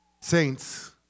saints